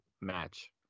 match